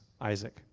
Isaac